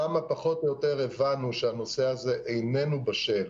שם פחות או יותר הבנו שהנושא הזה איננו בשל.